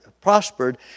prospered